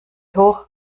hoch